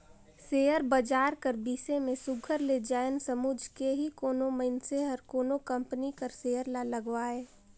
share बजार कर बिसे में सुग्घर ले जाएन समुझ के ही कोनो मइनसे हर कोनो कंपनी कर सेयर ल लगवाए